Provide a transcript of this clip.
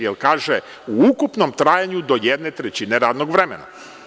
Jer kaže – u ukupnom trajanju do jedne trećine radnog vremena.